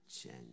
change